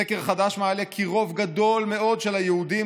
סקר חדש מעלה כי רוב גדול מאוד של יהודים